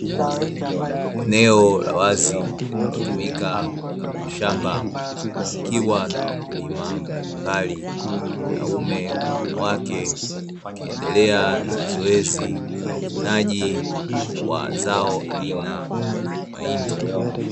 Eneo La wazi linalotumika kama shamba likiwa na wakulima mbalimbali Wanaume kwa wanawake wakiendelea na zoezi la uvunaji Wa zao aina Mahindi.